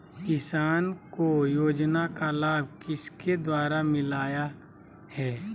किसान को योजना का लाभ किसके द्वारा मिलाया है?